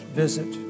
visit